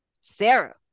Sarah